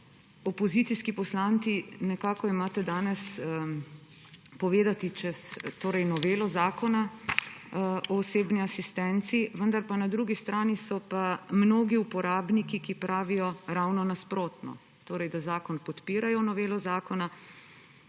Opozicijski poslanci nekako imate danes veliko povedati čez novelo Zakona o osebni asistenci, vendar pa na drugi strani so pa mnogi uporabniki, ki pravijo ravno nasprotno, torej da podpirajo novelo zakona,